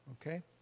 Okay